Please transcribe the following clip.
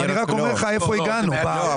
אני רק אומר לך איפה הגענו בסיטואציה.